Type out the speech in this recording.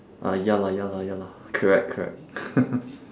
uh ya lah ya lah ya lah correct correct